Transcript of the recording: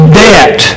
debt